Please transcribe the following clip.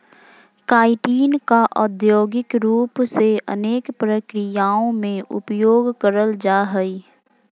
chitin का औद्योगिक रूप से अनेक प्रक्रियाओं में उपयोग करल जा हइ